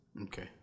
Okay